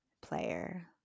player